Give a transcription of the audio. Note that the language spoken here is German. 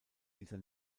dieser